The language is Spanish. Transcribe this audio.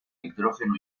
hidrógeno